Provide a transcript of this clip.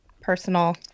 personal